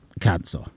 cancer